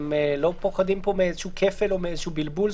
אתם לא פוחדים פה מאיזשהו כפל או מאיזשהו בלבול?